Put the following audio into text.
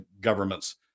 governments